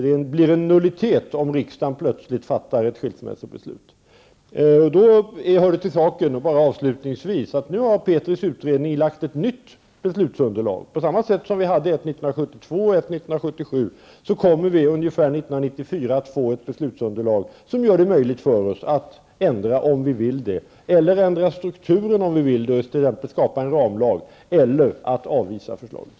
Det blir en nullitet om riksdagen plötsligt fattar ett skilsmässobesut. Det hör till saken, avslutningsvis, att Petris utredning nu har lett till ett nytt beslutsunderlag. På samma sätt som vi hade ett beslutsunderlag 1972 och ett annat 1977 kommer vi ungefär 1994 att få ett beslutsunderlag som gör det möjligt för oss, om vi vill det, att göra ändringar, att ändra strukturen och skapa en ramlag eller att avvisa förslaget.